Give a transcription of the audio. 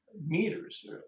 meters